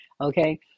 okay